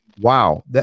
Wow